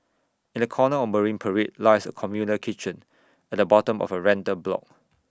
in A corner of marine parade lies A communal kitchen at the bottom of A rental block